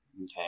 Okay